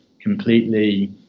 completely